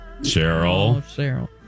Cheryl